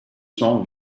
cents